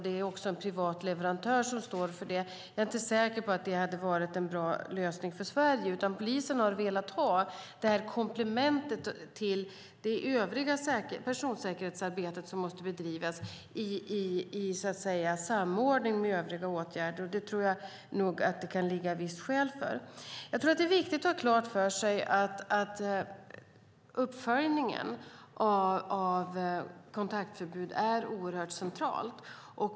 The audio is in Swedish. Det är också en privat leverantör som står för det. Jag är inte säker på att det hade varit en bra lösning för Sverige, utan polisen har velat ha komplementet till det övriga personsäkerhetsarbete som måste bedrivas i samordning med övriga åtgärder. Det tror jag att det kan finnas vissa skäl för. Det är viktigt att ha klart för sig att uppföljningen av kontaktförbud är helt central.